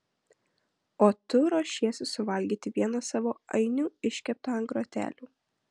o tu ruošiesi suvalgyti vieną savo ainių iškeptą ant grotelių